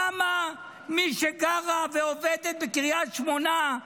למה מי שגרה ועובדת בקריית שמונה,